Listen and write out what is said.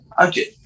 okay